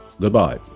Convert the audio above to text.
Goodbye